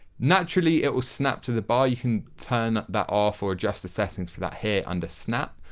naturally it will snap to the bar you can turn that off or adjust the settings for that here under snap.